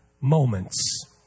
moments